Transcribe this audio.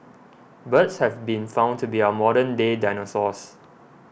birds have been found to be our modern day dinosaurs